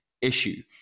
issue